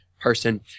person